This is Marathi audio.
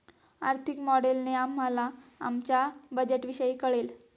आर्थिक मॉडेलने आम्हाला आमच्या बजेटविषयी कळेल